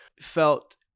felt